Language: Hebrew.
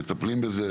מטפלים בזה,